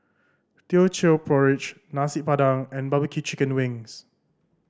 Teochew Porridge Nasi Padang and barbecue chicken wings